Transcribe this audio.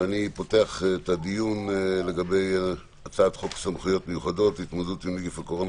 על סדר-היום: הצעת חוק סמכויות מיוחדות להתמודדות עם נגיף הקורונה